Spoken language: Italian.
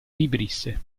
vibrisse